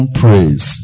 praise